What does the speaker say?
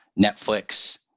Netflix